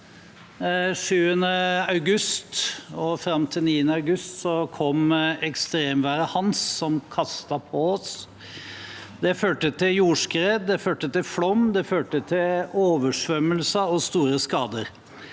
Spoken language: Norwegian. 7. august og fram til 9. august kom ekstremværet «Hans» som kastet på oss. Det førte til jordskred, det førte til flom, og det førte til oversvømmelser og store skader.